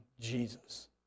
Jesus